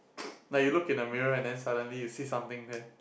like you look at the mirror and then suddenly you see something there